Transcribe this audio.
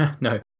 No